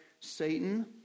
Satan